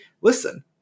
listen